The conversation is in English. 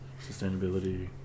sustainability